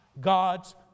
God's